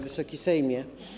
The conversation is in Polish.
Wysoki Sejmie!